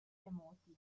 remoti